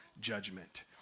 judgment